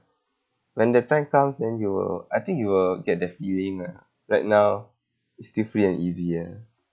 when the time comes then you will I think you will get the feeling ah right now it's still free and easy ah